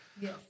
Yes